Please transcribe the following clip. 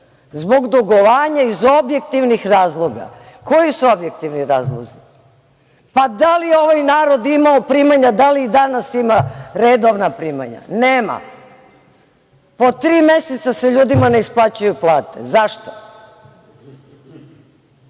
zbog dugovanja iz objektivnih razloga. Koji su objektivni razlozi? Da li je ovaj narod imao primanja? Da li i danas ima redovna primanja? Nema. Po tri meseca se ljudima ne isplaćuju plate. Zašto?